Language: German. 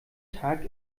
tag